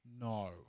No